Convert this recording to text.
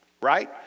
Right